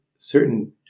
Certain